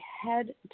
head